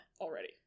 Already